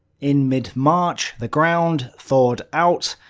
in mid march, the ground thawed out,